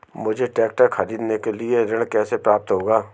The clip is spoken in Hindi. मुझे ट्रैक्टर खरीदने के लिए ऋण कैसे प्राप्त होगा?